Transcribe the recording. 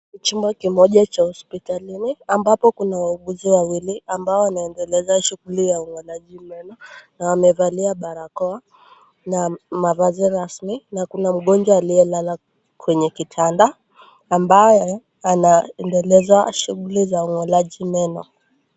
Chumba kimoja cha hospitalini, ambapo kuna wauguzi wawili, ambao wanaendeleza shughuli ya ung'oleaji meno na wamevalia barakoa na mavazi rasmi, na kuna mgonjwa aliyelala kwenye kitanda ambaye anaendeleza shughuli za ung'oleaji meno.